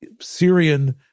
Syrian